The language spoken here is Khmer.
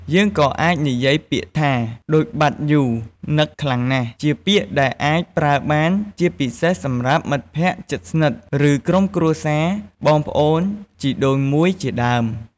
យើងក៏អាចនិយាយពាក្យថា ដូចបាត់យូរ នឹកខ្លាំងណាស់ ជាពាក្យដែលអាចប្រើបាន ជាពិសេសសម្រាប់មិត្តភក្តិជិតស្និទ្ធ ឬក្រុមគ្រួសារ បងប្អូនជីដូនមួយជាដើម។